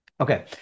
okay